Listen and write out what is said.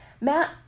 Matt